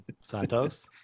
Santos